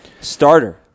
starter